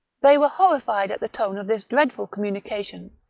they were horrified at the tone of this dreadful communica tion,